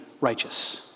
righteous